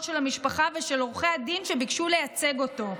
של המשפחה ושל עורכי הדין שביקשו לייצג אותו.